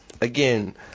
again